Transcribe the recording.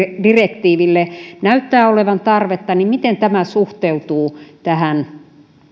direktiiville näyttää olevan tarvetta niin miten tämä suhteutuu tähän